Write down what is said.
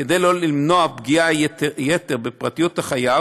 כדי למנוע פגיעת יתר בפרטיות החייב,